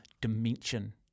dimension